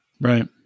Right